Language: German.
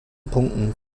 punkten